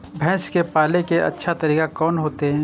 भैंस के पाले के अच्छा तरीका कोन होते?